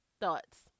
Thoughts